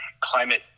climate